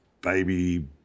Baby